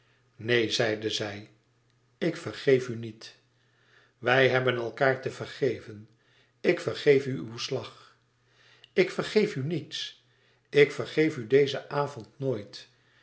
neen zeide zij ik vergeef u niet wij hebben elkaâr te vergeven ik vergeef u uw slag ik vergeef u niets ik vergeef u dezen avond nooit